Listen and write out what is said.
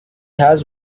has